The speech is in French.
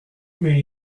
mais